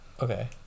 Okay